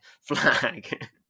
flag